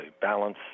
balance